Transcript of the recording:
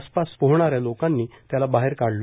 आसपास पोहणाऱ्या लोकांनी त्याला बाहेर काढलं